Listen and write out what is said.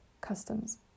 customs